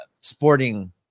sporting